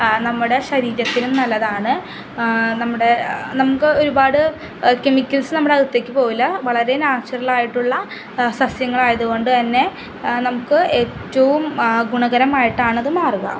നമ്മുടെ ശരീരത്തിനും നല്ലതാണ് നമ്മുടെ നമുക്കൊരുപാട് കെമിക്കൽസ് നമ്മുടെ അകത്തേക്ക് പോകില്ല വളരെ നാച്ചുറലായിട്ടുള്ള സസ്യങ്ങളായതു കൊണ്ടു തന്നെ നമുക്ക് ഏറ്റവും ഗുണകരമായിട്ടാണത് മാറുക